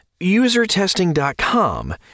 Usertesting.com